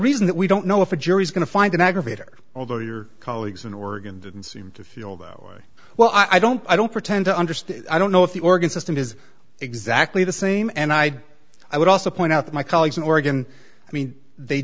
reason that we don't know if the jury's going to find an aggravator although your colleagues in oregon didn't seem to feel that way well i don't i don't pretend to understand i don't know if the organ system is exactly the same and i i would also point out that my colleagues in oregon i mean they